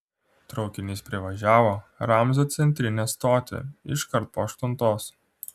traukinys privažiavo ramzio centrinę stotį iškart po aštuntos